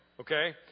Okay